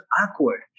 awkward